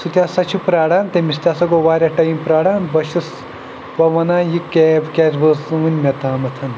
سُہ تہِ ہَسا چھُ پرٛاران تٔمِس تہِ ہَسا گوٚو واریاہ ٹایم پرٛاران بہٕ چھُس بہٕ وَنان یہِ کیب کیٛازِ وٲژ نہٕ وٕنۍ مےٚ تامَتھ